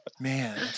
man